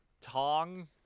tong